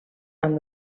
amb